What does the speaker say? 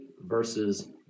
versus